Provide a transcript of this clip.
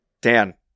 Dan